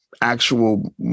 actual